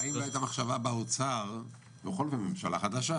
האם לא הייתה מחשבה באוצר, בכל אופן ממשלה חדשה,